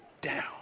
down